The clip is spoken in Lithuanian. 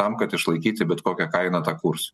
tam kad išlaikyti bet kokia kaina tą kursą